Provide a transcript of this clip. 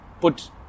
put